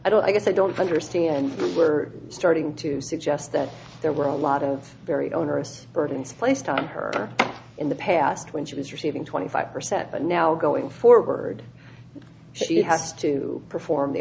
i don't i guess i don't understand we're starting to suggest that there were a lot of very onerous burdens placed on her in the past when she was receiving twenty five percent but now going forward she has to perform the